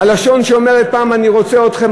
הלשון שאומרת פעם: אני רוצה אתכם,